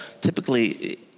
typically